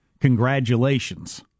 Congratulations